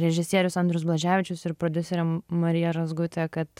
režisierius andrius blaževičius ir prodiuserė marija razgutė kad